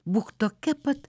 būk tokia pat